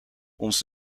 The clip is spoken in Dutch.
ons